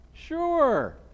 Sure